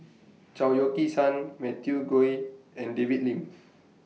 Chao Yoke San Matthew Ngui and David Lim